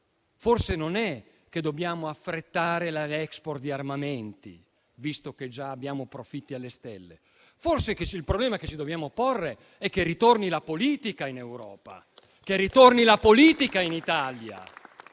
poco, né che dobbiamo affrettare l'*export* di armamenti, visto che già abbiamo profitti alle stelle. Forse il problema che ci dobbiamo porre è che ritorni la politica in Europa, che ritorni la politica in Italia,